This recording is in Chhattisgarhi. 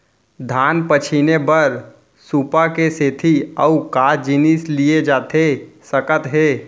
धान पछिने बर सुपा के सेती अऊ का जिनिस लिए जाथे सकत हे?